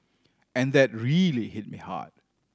and that really hit me hard